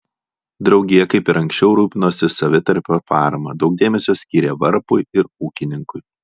draugija kaip ir anksčiau rūpinosi savitarpio parama daug dėmesio skyrė varpui ir ūkininkui